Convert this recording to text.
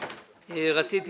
ורציתי